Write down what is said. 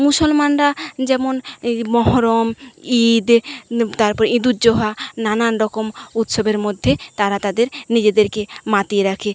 মুসলমানরা যেমন এই মহরম ঈদ তারপর ইদুজ্জোহা নানান রকম উৎসবের মধ্যে তারা তাদের নিজেদেরকে মাতিয়ে রাখে